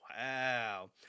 Wow